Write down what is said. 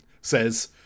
says